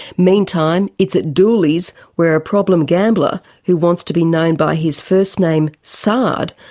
meantime, it's at dooleys, where a problem gambler, who wants to be known by his first name, saad,